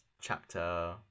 chapter